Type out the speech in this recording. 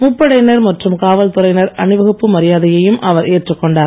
முப்படையினர் மற்றும் காவல்துறையினர் அணிவகுப்பு மரியாதையையும் அவர் ஏற்றுக் கொண்டார்